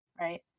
right